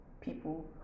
people